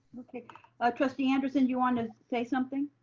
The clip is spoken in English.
ah trustee anderson, do you wanna say something?